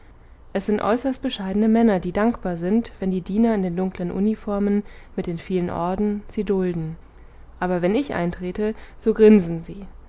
es sind äußerst bescheidene männer die dankbar sind wenn die diener in den dunklen uniformen mit den vielen orden sie dulden aber wenn ich eintrete so grinsen sie